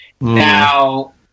now